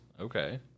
Okay